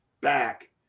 back